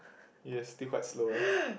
yes still quite slow eh